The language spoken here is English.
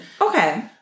Okay